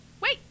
Wait